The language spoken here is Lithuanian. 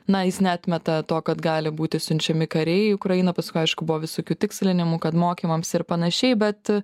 na jis neatmeta to kad gali būti siunčiami kariai į ukrainą paskui aišku buvo visokių tikslinimų kad mokymams ir panašiai bet